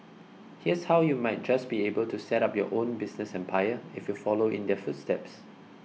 here's how you might just be able to set up your own business empire if you follow in their footsteps